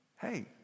Hey